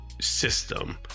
system